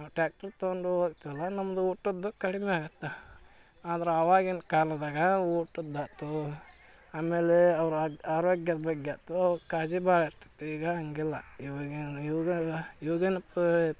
ಆ ಟ್ಯಾಕ್ಟ್ರು ತಗೊಂಡು ಹೋಗ್ತಿವಲ್ಲ ನಮ್ಮದು ಊಟದ್ದು ಕಡಿಮೆ ಆಗುತ್ತೆ ಆದ್ರೆ ಅವಾಗಿನ ಕಾಲದಾಗ ಊಟದ್ದಾತು ಆಮೇಲೆ ಅವ್ರ ಅದು ಆರೋಗ್ಯದ ಬಗ್ಗೆ ಆಯ್ತು ಕಾಳಜಿ ಭಾಳ ಇರ್ತಿತ್ತು ಈಗ ಹಂಗಿಲ್ಲ ಇವಾಗಿನ ಇವ್ಗೆಲ್ಲ ಇವಾಗಿನ